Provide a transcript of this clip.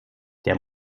der